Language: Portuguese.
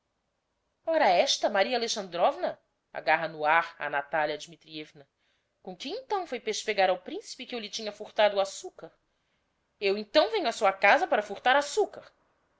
ora esta maria alexandrovna agarra no ar a natalia dmitrievna com que então foi pespegar ao principe que eu lhe tinha furtado o açucar eu então venho a sua casa para furtar açucar